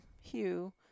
Hugh